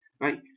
right